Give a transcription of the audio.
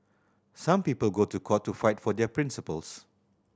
some people go to court to fight for their principles